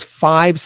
five